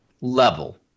level